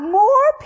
more